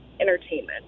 entertainment